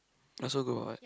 also go out